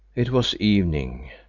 it was evening,